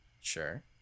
Sure